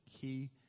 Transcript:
key